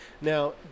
Now